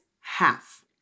half